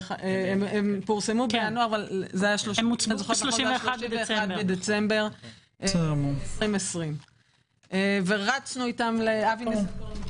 זה היה ב-31 בדצמבר 2020. רצנו אתן לאבי ניסנקורן,